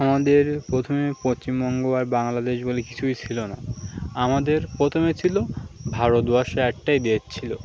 আমাদের প্রথমে পশ্চিমবঙ্গ আর বাংলাদেশ বলে কিছুই ছিল না আমাদের প্রথমে ছিল ভারতবর্ষ একটাই দেশ ছিল